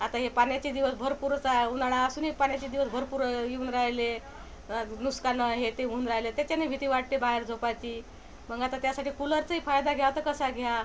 आता हे पाण्याचे दिवस भरपुरच आहे उन्हाळा असूनही पाण्याचे दिवस भरपूर येऊन रायले नुकसान हे ते होऊन रायलं त्याच्यानी भीती वाटते बाहेर झोपाची मग आता त्यासाठी कूलरचाही फायदा घ्या तर कसा घ्या